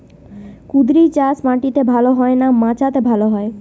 কুঁদরি চাষ মাটিতে ভালো হয় না মাচাতে ভালো হয়?